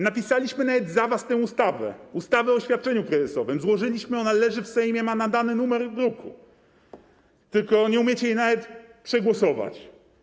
Napisaliśmy nawet za was tę ustawę, ustawę o świadczeniu kryzysowym, złożyliśmy, ona leży w Sejmie, ma nadany numer druku, tylko nie umiecie jej nawet przegłosować.